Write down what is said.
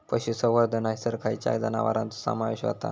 पशुसंवर्धन हैसर खैयच्या जनावरांचो समावेश व्हता?